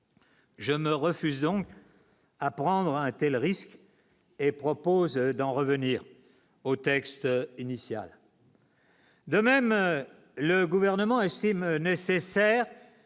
Je me refuse donc apprendre à untel risque et propose d'en revenir au texte initial. De même, le gouvernement estime nécessaire